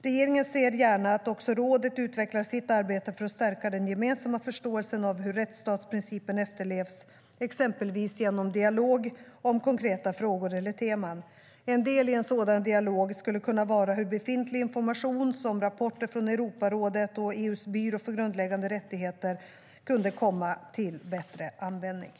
Regeringen ser gärna att också rådet utvecklar sitt arbete för att stärka den gemensamma förståelsen av hur rättsstatsprincipen efterlevs, exempelvis genom dialog om konkreta frågor eller teman. En del i en sådan dialog skulle kunna vara hur befintlig information, som rapporter från Europarådet och EU:s byrå för grundläggande rättigheter, kunde komma till bättre användning.